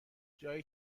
جایی